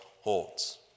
holds